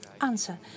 answer